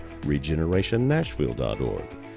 regenerationnashville.org